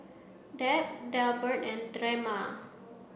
Deb Delbert and Drema